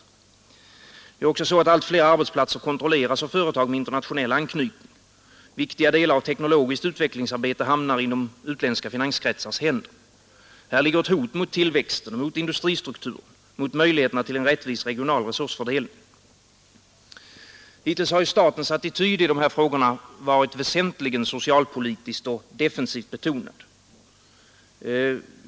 Nr 128 Det är också så att allt fler arbetsplatser kontrolleras av företag med Torsdagen den internationell anknytning. Viktiga delar av teknologiskt utvecklingsarbete 30 november 1972 hamnar i utländska finanskretsars händer. Här ligger ett hot mot tillväxten, mot industristrukturen och mot möjligheterna till en rättvis motverka friställ Hittills har statens attityd i dessa frågor varit väsentligen socialpoli RENSAR krisdrabba — tiskt och defensivt betonad.